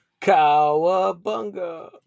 Cowabunga